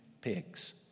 pigs